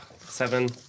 Seven